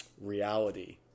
reality